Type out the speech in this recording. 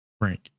Frank